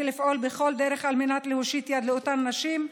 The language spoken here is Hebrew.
לפעול בכל דרך על מנת להושיט יד לאותן נשים,